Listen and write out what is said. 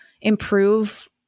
improve